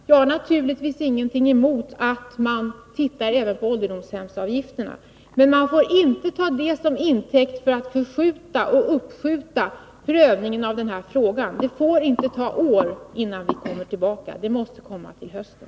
Jag har naturligtvis ingenting emot att man ser även på ålderdomshemsavgifterna. Men man får inte ta detta till intäkt för att uppskjuta prövningen av denna fråga. Det får inte ta år, innan man kommer tillbaka. Det måste komma ett förslag till hösten.